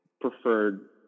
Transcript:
preferred